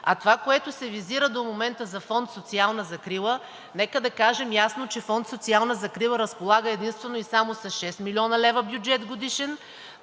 А това, което се визира до момента за Фонд „Социална закрила“, нека да кажем ясно, че Фонд „Социална закрила“ разполага единствено и само с 6 млн. лв. годишен